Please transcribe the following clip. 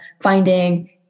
finding